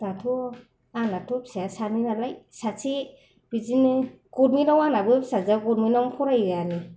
दाथ' आंनाथ' फिसाया सानै नालाय सासे बिदिनो गभर्नमेन्टाव आंनाबो फिसाजोआ गभर्नमेन्टाव फरायो आरो